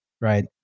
right